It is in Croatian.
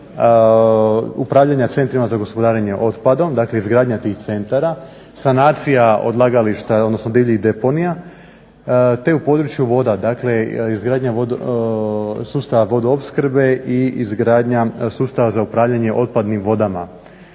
upravljanja centrima za gospodarenje otpadom dakle izgradnja tih centara, sanacija odlagališta, odnosno divljih deponija, te u području voda. dakle izgradnja sustava vodoopskrbe i izgradnja sustava za upravljanje otpadnim vodama,